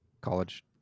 college